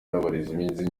n’abarezi